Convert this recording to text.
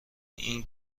این